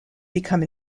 become